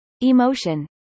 emotion